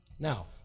Now